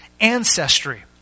ancestry